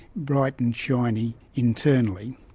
bright and shiny internally.